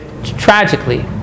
tragically